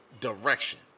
direction